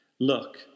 Look